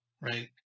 right